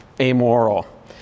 amoral